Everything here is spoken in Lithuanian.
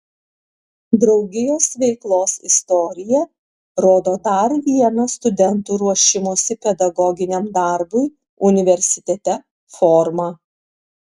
draugijos veiklos istorija rodo dar vieną studentų ruošimosi pedagoginiam darbui universitete formą